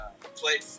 played